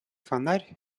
фонарь